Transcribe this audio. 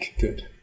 Good